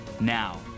Now